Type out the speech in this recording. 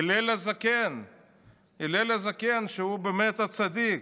הילל הזקן שהוא באמת הצדיק,